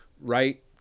right